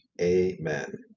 amen